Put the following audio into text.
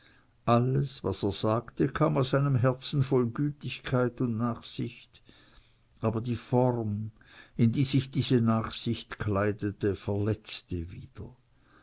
alles was er sagte kam aus einem herzen voll gütigkeit und nachsicht aber die form in die sich diese nachsicht kleidete verletzte wieder